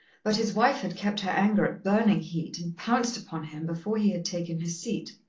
but his wife had kept her anger at burning heat and pounced upon him before he had taken his seat.